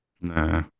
Nah